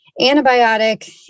antibiotic